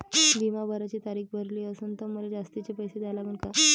बिमा भराची तारीख भरली असनं त मले जास्तचे पैसे द्या लागन का?